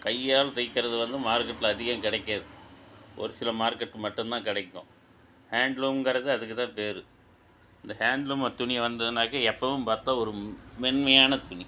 கையால் தைக்கிறது வந்து மார்க்கெட்டில அதிகம் கிடைக்காது ஒரு சில மார்க்கெட் மட்டும்தான் கிடைக்கும் ஹேண்ட்லூம்ங்கிறது அதுக்கு தான் பேர் இந்த ஹேண்ட்லூமை துணி வந்துதுனாக்க எப்போவும் பார்த்தா ஒரு மென்மையான துணி